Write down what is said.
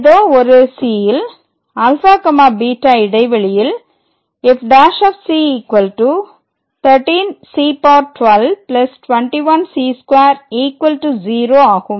ஏதோ ஒரு cல் ∝β இடைவெளியில் f ' 13c1221c2 0 ஆகும்